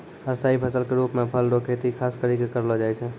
स्थाई फसल के रुप मे फल रो खेती खास करि कै करलो जाय छै